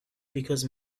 because